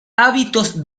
hábitos